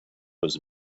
was